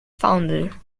founder